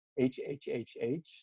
HHHH